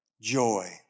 joy